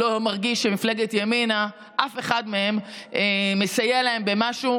לא מרגיש שמפלגת ימינה מסייעת להם במשהו.